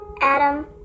Adam